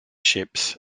ships